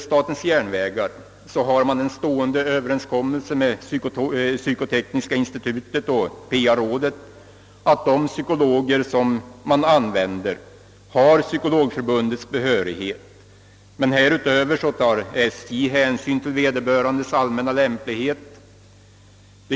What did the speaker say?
Statens järnvägar har en stående överenskommelse med psykotekniska institutet och PA-rådet om att de psykologer man använder skall ha Psykologförbundets behörighet. Men härutöver tar man vid SJ hänsyn till vederbörandes allmänna lämplighet.